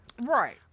Right